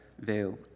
veil